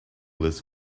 this